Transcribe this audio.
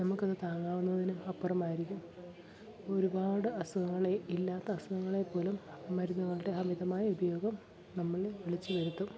നമുക്കത് താങ്ങാവുന്നതിനും അപ്പുറമായിരിക്കും ഒരുപാട് അസുഖങ്ങളെ ഇല്ലാത്ത അസുഖങ്ങളെ പോലും മരുന്നുകളുടെ അമിതമായ ഉപയോഗം നമ്മളിൽ വിളിച്ചു വരുത്തും